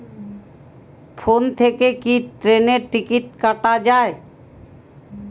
Phone থেকে কি ট্রেনের টিকিট কাটা য়ায়?